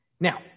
Now